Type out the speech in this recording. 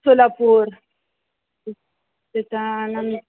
Solapur त्याचानं